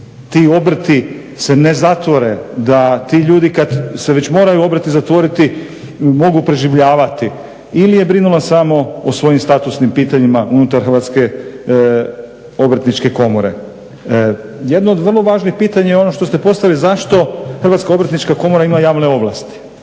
ti obrti se ne zatvore, da ti ljudi kada se već moraju obrti zatvoriti mogu preživljavati. Ili je brinula samo o svojim statusnim pitanjima unutar Hrvatske obrtničke komore. Jedno od vrlo važnih pitanja je ono što ste postavili zašto Hrvatska obrtnička komora ima javne ovlasti.